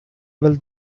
will